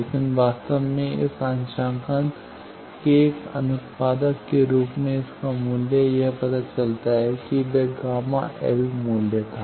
लेकिन वास्तव में इस अंशांकन के एक अनुत्पादक के रूप में इसका मूल्य यह पता चलता है कि वह Γ L मूल्य था